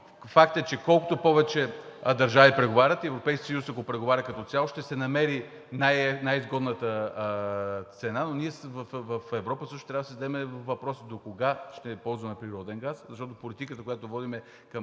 факт е, че колкото повече държави преговарят, и Европейският съюз, ако преговаря като цяло, ще се намери най-изгодната цена, но ние в Европа също трябва да си зададем въпроса докога ще ползваме природен газ, защото политиката, която водим към